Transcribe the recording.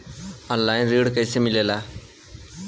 Online ऋण कैसे मिले ला?